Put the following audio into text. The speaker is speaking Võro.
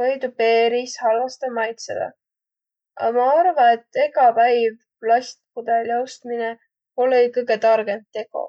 või tuu peris halvastõ maitsõda. A ma arva, et egä päiv plastpudõli ostminõ olõ-i kõgõ targõmb tego.